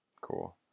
Cool